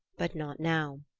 but not now.